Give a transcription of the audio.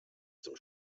zum